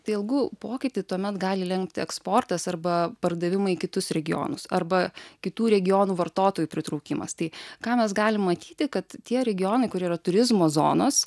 tai algų pokytį tuomet gali lenkti eksportas arba pardavimai į kitus regionus arba kitų regionų vartotojų pritraukimas tai ką mes galim matyti kad tie regionai kur yra turizmo zonos